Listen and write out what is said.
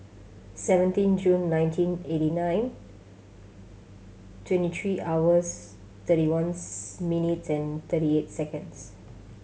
seventeen June nineteen eighty nine twenty three hours thirty ones minutes and thirty eight seconds